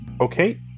Okay